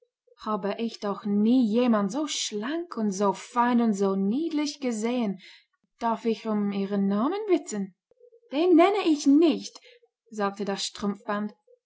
habe ich doch nie jemand so schlank und so fein und so niedlich gesehen darf ich um ihren namen bitten den nenne ich nicht sagte das strumpfband